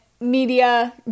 media